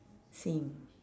same